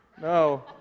No